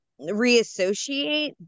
reassociate